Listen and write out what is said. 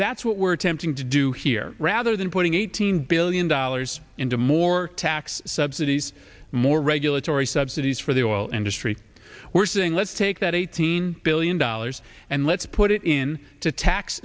that's what we're attempting to do here rather than putting eighteen billion dollars into more tax subsidies more regulatory subsidies for the oil industry we're saying let's take that eighteen billion dollars and let's put it in to tax